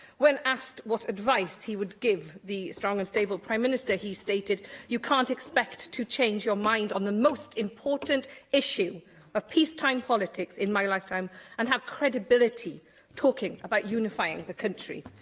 when asked what advice he would give the strong and stable prime minister, he stated you can't expect to change your mind on the most important issue of peacetime politics in my lifetime and have credibility talking about unifying the country.